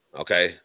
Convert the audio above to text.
Okay